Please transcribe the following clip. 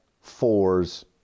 fours